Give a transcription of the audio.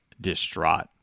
distraught